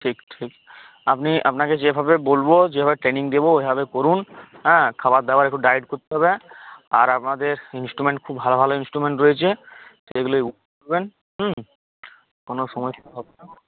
ঠিক ঠিক আপনি আপনাকে যেভাবে বলবো যেভাবে ট্রেনিং দেব ওইভাবে করুন হ্যাঁ খাবার দাবার একটু ডায়েট করতে হবে আর আপনাদের ইন্সট্রুমেন্ট খুব ভালো ভালো ইন্সট্রুমেন্ট রয়েছে সেগুলোয় উঠবেন হুম কোনো সমস্যা হবে না